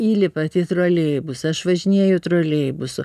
įlipat į troleibusą aš važinėju troleibusu